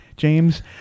James